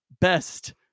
best